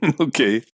Okay